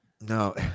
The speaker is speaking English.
No